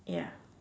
ya